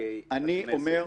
חוקי הכנסת.